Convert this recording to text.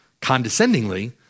condescendingly